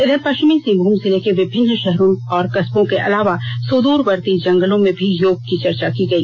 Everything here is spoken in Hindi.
इधर पश्चिमी सिंहभूम जिले के विभिन्न शहरों कस्बों के अलावा सुदूरवर्ती जंगलों में भी योग की चर्चा की गई